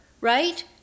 right